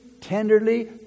tenderly